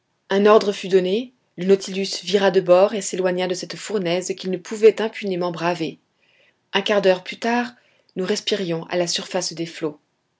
un ordre fut donné le nautilus vira de bord et s'éloigna de cette fournaise qu'il ne pouvait impunément braver un quart d'heure plus tard nous respirions à la surface des flots